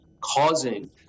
causing